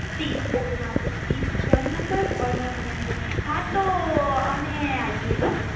ત્રીસ ઓકે હા તો ત્રીસ ઘર નંબર અને ઉમિયાનગર હા તો અમે આવીએ બસ